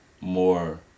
more